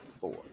four